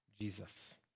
Jesus